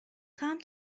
خواهم